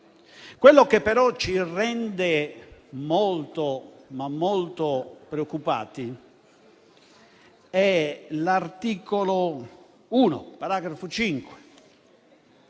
Quello che però ci rende molto, ma molto preoccupati è l'articolo 1, paragrafo 5,